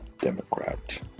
Democrat